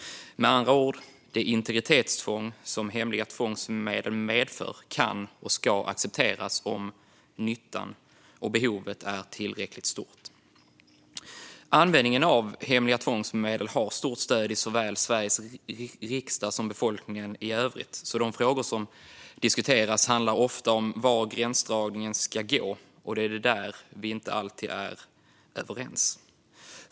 Med andra ord: Det integritetsintrång som hemliga tvångsmedel medför kan och ska accepteras om nyttan och behovet är tillräckligt stora. Användningen av hemliga tvångsmedel har stort stöd i såväl Sveriges riksdag som befolkningen i övrigt. De frågor som diskuteras handlar ofta om var gränsdragningen ska gå, och det är där vi inte alltid är överens.